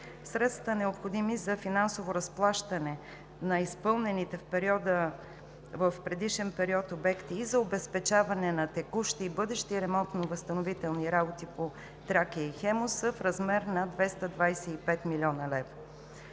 Средствата, необходими за финансово разплащане на изпълнените в предишен период обекти и за обезпечаване на текущи и бъдещи ремонтно-възстановителни работи по „Тракия“ и „Хемус“, са в размер на 225 млн. лв.